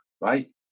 right